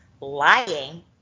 lying